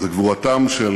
זו גבורתם של